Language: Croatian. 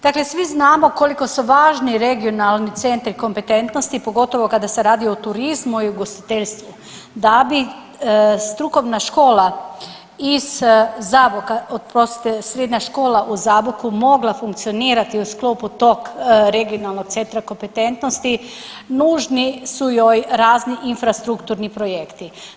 Dakle svi znamo koliko su važni regionalni centri kompetentnosti pogotovo kada se radi o turizmu i ugostiteljstvu da bi strukovna škola iz Zaboka, oprostite, Srednja škola u Zaboku mogla funkcionirati u sklopu tog regionalnog centra kompetentnosti, nužni su joj razni infrastrukturni projekti.